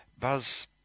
Buzz